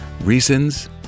Reasons